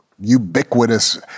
ubiquitous